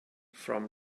from